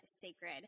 sacred